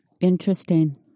Interesting